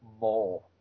more